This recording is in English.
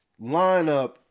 lineup